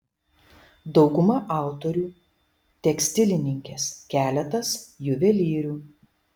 dauguma autorių tekstilininkės keletas juvelyrių